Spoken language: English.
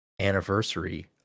anniversary